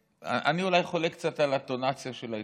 אני אולי חולק קצת על הטונציה של ההתנדבות,